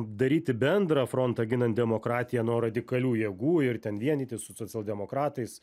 daryti bendrą frontą ginant demokratiją nuo radikalių jėgų ir ten vienytis su socialdemokratais